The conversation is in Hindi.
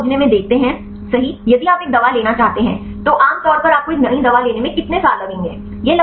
तो हम दवा खोज में देखते हैं सही यदि आप एक दवा लेना चाहते हैं तो आम तौर पर आपको एक नई दवा लेने में कितने साल लगेंगे